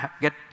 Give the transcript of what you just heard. get